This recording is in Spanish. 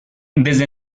desde